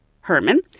Herman